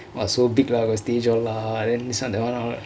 !wah! so big lah got stage all lah then this one that one all